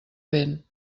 vent